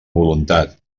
voluntat